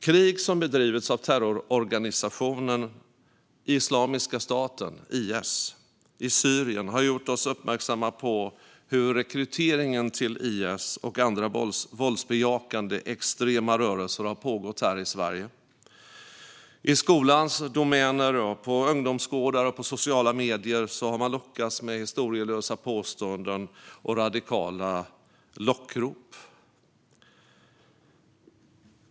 Krig som bedrivits av terrororganisationen Islamiska staten, IS, i Syrien har gjort oss uppmärksamma på hur rekryteringen till IS och andra våldsbejakande extrema rörelser har pågått här i Sverige. I skolans domäner, på ungdomsgårdar och på sociala medier har man lockats med historielösa påståenden och radikala lockrop.